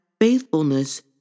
faithfulness